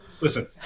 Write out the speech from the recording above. Listen